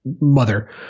mother